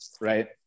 right